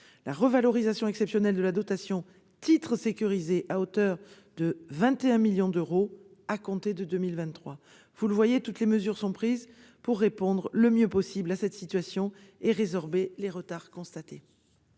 la revalorisation exceptionnelle de la dotation « titres sécurisés » à hauteur de 21 millions d'euros à compter de 2023. Vous le voyez, toutes les mesures sont prises pour répondre le mieux possible à cette situation et résorber les retards constatés.